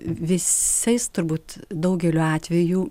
visais turbūt daugelių atvejų